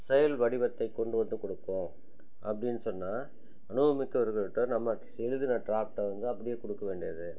செயல் வடிவத்தை கொண்டு வந்து கொடுக்கும் அப்படின்னு சொன்னால் அனுபவமிக்கவர்கள்கிட்ட நம்ம அட்லீஸ்ட் எழுதின ட்ராப்ட்டை வந்து அப்படியே கொடுக்க வேண்டியது